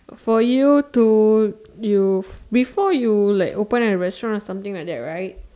for you to you before you like open a restaurant or something like that right